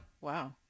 Wow